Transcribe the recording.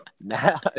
now